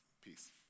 Peace